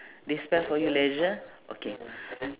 they spell for you leisure okay